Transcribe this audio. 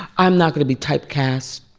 i'm not going to be typecast.